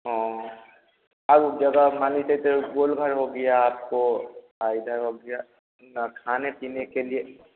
हाँ हर जगह मान लीजिए गोलघर हो गया आपको और इधर हो गया ना खाने पीने के लिए